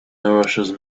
nourishes